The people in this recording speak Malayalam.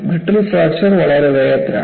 ബ്രിട്ടിൽ ഫ്രാക്ചർ വളരെ വേഗത്തിലാണ്